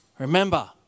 Remember